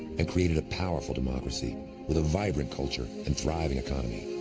and created a powerful democracy with a vibrant culture and thriving economy.